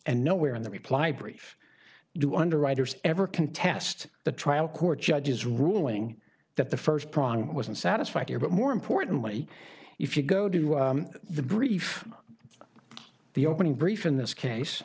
and nowhere in the reply brief do underwriters ever contest the trial court judge's ruling that the first prong wasn't satisfied here but more importantly if you go do the brief the opening brief in this case